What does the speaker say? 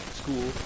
school